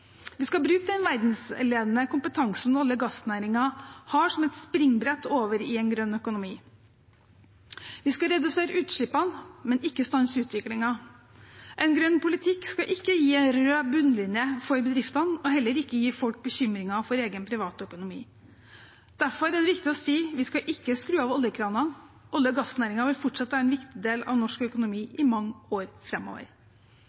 Vi skal bruke den verdensledende kompetansen olje- og gassnæringen har, som et springbrett over i en grønn økonomi. Vi skal redusere utslippene, men ikke stanse utviklingen. En grønn politikk skal ikke gi en rød bunnlinje for bedriftene og heller ikke gi folk bekymringer for egen privatøkonomi. Derfor er det viktig å si at vi ikke skal skru av oljekranene. Olje- og gassnæringen vil fortsatt være en viktig del av norsk økonomi